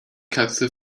katze